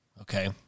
okay